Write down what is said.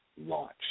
launch